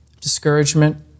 discouragement